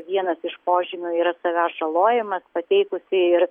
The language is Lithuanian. vienas iš požymių yra savęs žalojimas pateikusi ir